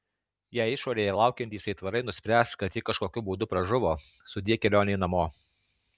jei išorėje laukiantys aitvarai nuspręs kad ji kažkokiu būdu pražuvo sudie kelionei namo